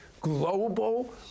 global